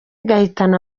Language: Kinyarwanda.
igahitana